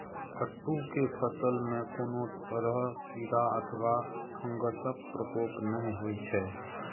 कट्टू के फसल मे कोनो तरह कीड़ा अथवा फंगसक प्रकोप नहि होइ छै